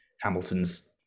hamilton's